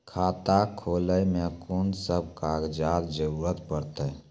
खाता खोलै मे कून सब कागजात जरूरत परतै?